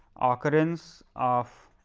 occurrence of